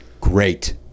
Great